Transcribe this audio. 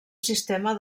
sistema